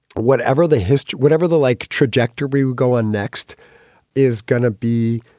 whatever the highest, whatever the like trajectory we go on next is going to be,